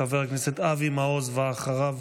חבר הכנסת אבי מעוז, ואחריו,